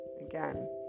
again